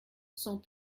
sans